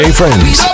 friends